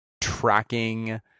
tracking